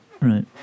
Right